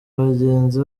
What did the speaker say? bagenzi